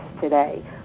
today